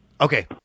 Okay